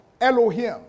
Elohim